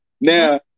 Now